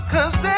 Cause